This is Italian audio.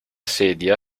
sedia